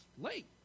late